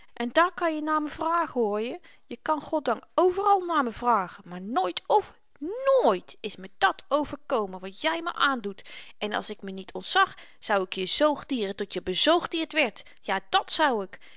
en dààr kan je na me vragen hoorje je kan goddank overal na me vragen maar nooit of nit is me dat overkomen wat jy me aandoet en als ik me niet ontzag zou ik je zoogdieren tot je bezoogdierd werd ja dat zou ik